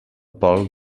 pol